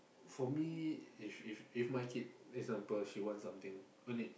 for me if if if my kid example she want something when it